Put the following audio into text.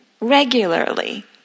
regularly